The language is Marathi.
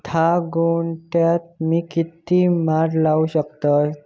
धा गुंठयात मी किती माड लावू शकतय?